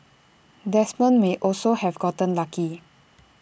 Desmond may also have gotten lucky